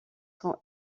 sont